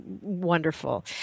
wonderful